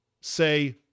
say